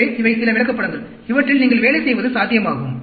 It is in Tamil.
எனவே இவை சில விளக்கப்படங்கள் இவற்றில் நீங்கள் வேலை செய்வது சாத்தியமாகும்